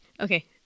Okay